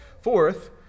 Fourth